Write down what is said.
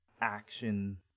action